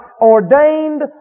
ordained